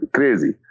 Crazy